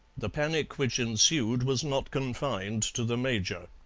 the panic which ensued was not confined to the major.